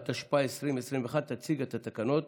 התשפ"א 2021. תציג את התקנות